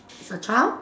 is a child